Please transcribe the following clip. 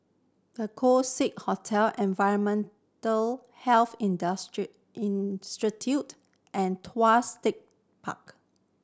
The Keong Saik Hotel Environmental Health Institute and Tuas Tech Park